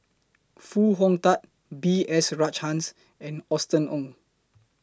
Foo Hong Tatt B S Rajhans and Austen Ong